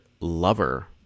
lover